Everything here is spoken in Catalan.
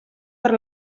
per